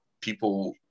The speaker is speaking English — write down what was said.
people